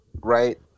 right